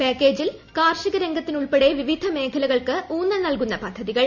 പാക്കേജിൽ കാർഷിക രംഗത്തിനുൾപ്പെടെ വിപിധ മേഖലകൾക്ക് ഊന്നൽ നൽകുന്ന പദ്ധതികൾ